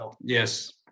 Yes